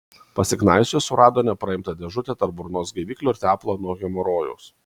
pasiknaisiojęs surado nepraimtą dėžutę tarp burnos gaiviklio ir tepalo nuo hemorojaus